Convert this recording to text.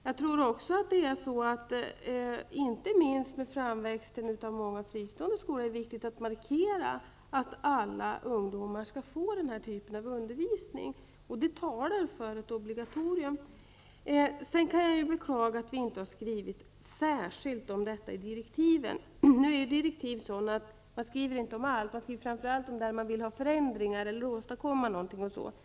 Vidare tror jag, inte minst med framväxten av många fristående skolor, att det är viktigt att markera att alla ungdomar skall få den här typen av undervisning. Det talar för ett obligatorium. Sedan kan jag väl säga att jag beklagar att vi inte skrivit särskilt om detta i direktiven. Men i direktiv skriver man ju inte om allt, utan framför allt skriver man om frågor där man vill ha förändringar eller åstadkomma något osv.